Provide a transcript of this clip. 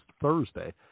Thursday